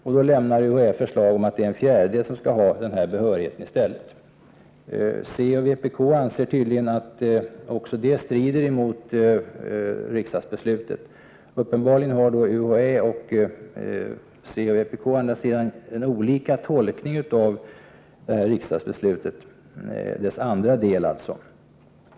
UHÄ lämnar därför förslaget att en fjärdedel skall ha denna behörighet. Centern och vpk anser tydligen att också detta strider mot riksdagsbeslutet. Uppenbarligen har UHÄ resp. c och vpk olika tolkningar av riksdagsbeslutet i dess andra del.